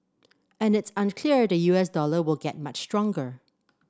and it's unclear the U S dollar will get much stronger